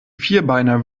vierbeiner